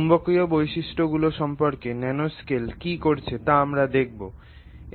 চৌম্বকীয় বৈশিষ্ট্যগুলি সম্পর্কে ন্যানোস্কেল কী করছে তা আমরা দেখব